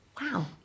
Wow